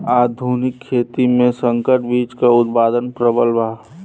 आधुनिक खेती में संकर बीज क उतपादन प्रबल बा